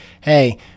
hey